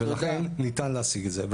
ולכן ניתן להשיג את זה.